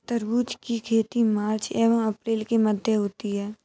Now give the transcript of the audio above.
तरबूज की खेती मार्च एंव अप्रैल के मध्य होती है